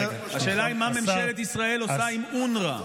השאלה היא מה ממשלת ישראל עושה עם אונר"א.